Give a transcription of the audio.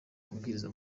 kubwiriza